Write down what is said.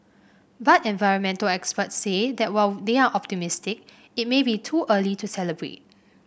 but environmental experts say that while they are optimistic it may be too early to celebrate